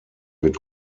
wird